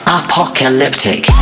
apocalyptic